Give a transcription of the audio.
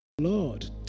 Lord